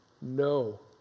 no